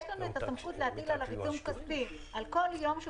יש לנו את הסמכות להטיל עליו עיצום כספי על כל יום שהוא